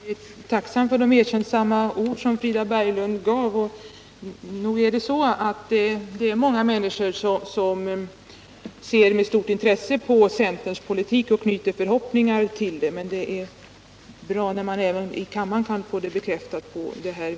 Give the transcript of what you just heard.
Herr talman! Jag är tacksam för de erkännsamma ord som Frida Berglund uttalade. Många människor ser med stort intresse på centerns politik och knyter förhoppningar till den, men det är bra när man även i kammaren kan få det bekräftat.